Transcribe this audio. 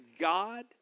God